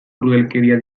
krudelkeria